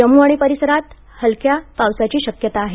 जम्मू आणि परिसरांत हलक्या वसाची शक्यता आहे